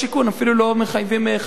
אפילו לא מחייבים חקיקה,